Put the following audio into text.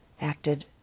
acted